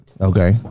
Okay